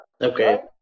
Okay